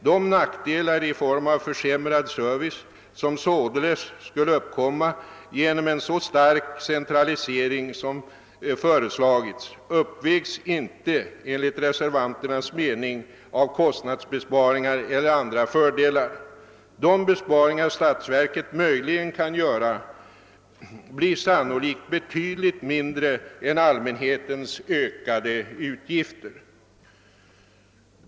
De nackdelar i form av försämrad service, som således skulle uppkomma genom en så stark centralisering som föreslagits, uppvägs enligt reservanternas mening inte av kostnadsbesparingar eller andra fördelar. De besparingar statsverket möjligen kan göra blir sannolikt betydligt mindre än allmänhetens ökade utgifter.